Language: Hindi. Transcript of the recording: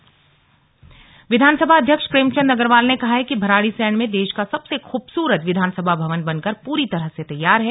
स्लग निरीक्षण गैरसैंण विधानसभा अध्यक्ष प्रेमचंद अग्रवाल ने कहा है कि भराड़ीसैंण में देश का सबसे खूबसूरत विधानसभा भवन बनकर पूरी तरह से तैयार है